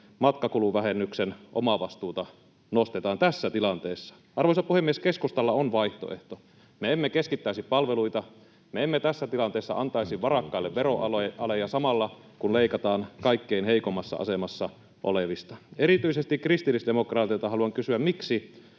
matkakuluvähennyksen omavastuuta nostetaan tässä tilanteessa? Arvoisa puhemies! Keskustalla on vaihtoehto. Me emme keskittäisi palveluita, me emme tässä tilanteessa antaisi varakkaille veroaleja, samalla kun leikataan kaikkein heikoimmassa asemassa olevilta. Erityisesti kristillisdemokraateilta haluan kysyä: miksi